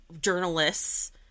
journalists